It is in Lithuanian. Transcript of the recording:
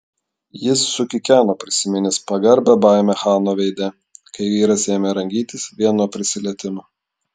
jis sukikeno prisiminęs pagarbią baimę chano veide kai vyras ėmė rangytis vien nuo prisilietimo